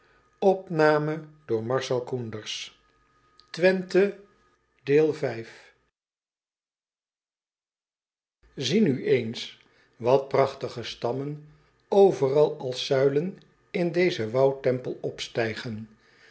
maken ie nu eens wat prachtige stammen overal als zuilen in dezen woudtempel opstijgen